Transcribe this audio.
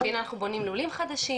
והנה אנחנו בונים לולים חדשים.